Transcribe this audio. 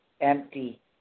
empty